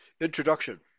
Introduction